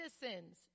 citizens